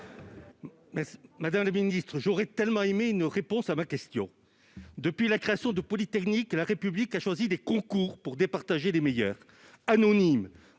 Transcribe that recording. Madame la ministre, j'aurais tellement voulu que vous répondiez à ma question ! Depuis la création de Polytechnique, la République a choisi des concours pour départager les meilleurs. Anonymes,